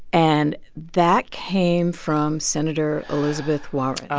and that came from senator elizabeth warren oh